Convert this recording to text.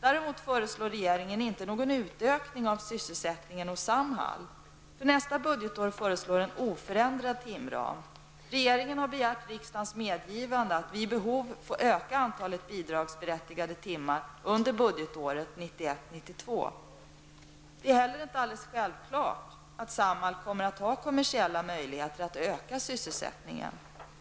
Däremot föreslår regeringen inte någon utökning av sysselsättningen hos Samhall. För nästa budgetår föreslås en oförändrad timram. Regeringen har begärt riksdagens medgivande att vid behov få öka antalet bidragsberättigade arbetstimmar under budgetåret 1991/92. Det är inte alldeles självklart att Samhall kommer att ha kommersiella möjligheter att öka sysselsättningen.